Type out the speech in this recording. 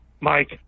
Mike